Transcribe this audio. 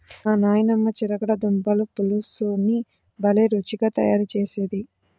మా నాయనమ్మ చిలకడ దుంపల పులుసుని భలే రుచిగా తయారు చేసేది